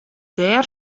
dêr